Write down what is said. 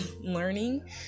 learning